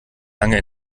lange